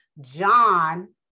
John